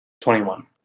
Twenty-one